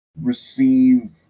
receive